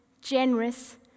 generous